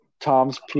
Tom's